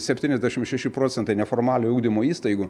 septyniasdešimt šeši procentai neformaliojo ugdymo įstaigų